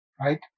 right